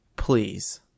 Please